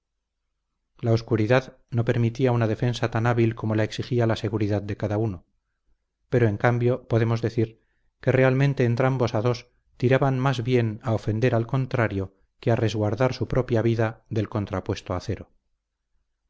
la oscuridad no permitía una defensa tan hábil como la exigía la seguridad de cada uno pero en cambio podemos decir que realmente entrambos a dos tiraban más bien a ofender al contrario que a resguardar su propia vida del contrapuesto acero